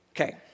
Okay